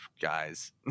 guys